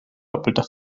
doppelter